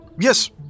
Yes